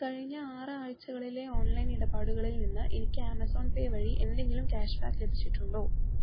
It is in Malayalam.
കഴിഞ്ഞ ആറ് ആഴ്ചകളിലെ ഓൺലൈൻ ഇടപാടുകളിൽ നിന്ന് എനിക്ക് ആമസോൺ പേ വഴി എന്തെങ്കിലും ക്യാഷ്ബാക്ക് ലഭിച്ചിട്ടുണ്ടോ